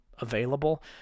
available